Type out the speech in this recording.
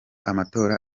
amatora